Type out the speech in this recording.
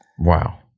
Wow